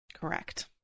Correct